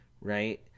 right